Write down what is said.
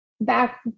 back